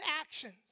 actions